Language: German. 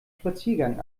spaziergang